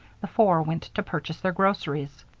the four went to purchase their groceries.